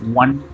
one